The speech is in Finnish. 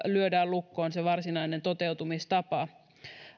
lyödään lukkoon se varsinainen toteutumistapa